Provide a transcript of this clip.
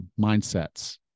mindsets